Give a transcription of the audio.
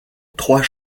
trois